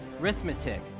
Arithmetic